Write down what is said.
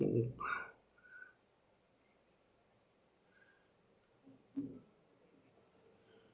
mm